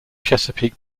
chesapeake